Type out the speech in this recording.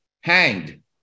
hanged